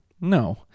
No